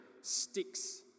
sticks